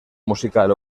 musical